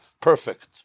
perfect